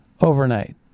overnight